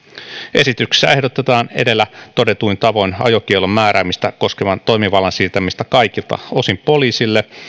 esityksessä ehdotetaan edellä todetuin tavoin ajokiellon määräämistä koskevan toimivallan siirtämistä kaikilta osin poliisille